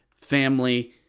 family